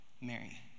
Mary